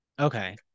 okay